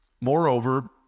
Moreover